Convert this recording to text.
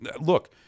Look